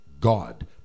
God